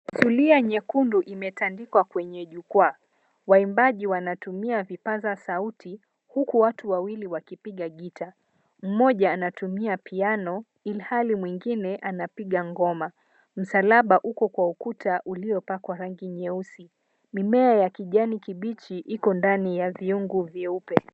Zulia nyekundu imetandikwa kwenye jukwaa. Waimbaji wanatumia vipaza sauti huku watu wawili wakipiga gitaa. Mmoja anatumia piano ilhali mwingine anapiga ngoma. Msalaba uko kwa ukuta uliopakwa rangi nyeusi. Mimea ya kijani kibichi iko ndani ya vyungu vyeupe.